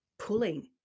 pulling